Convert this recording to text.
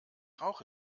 rauche